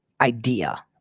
idea